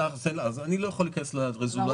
אני לא יכול להיכנס לרזולוציה.